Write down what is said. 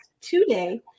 today